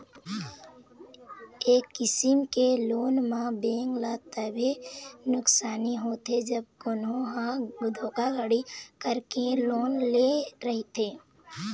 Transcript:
ए किसम के लोन म बेंक ल तभे नुकसानी होथे जब कोनो ह धोखाघड़ी करके लोन ले रहिथे